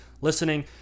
listening